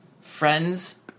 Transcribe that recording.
Friends